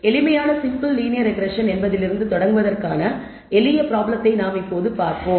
எளிமையான simple linear regression என்பதிலிருந்து தொடங்குவதற்கான எளிய ப்ராப்ளத்தை நாம் இப்போது பார்ப்போம்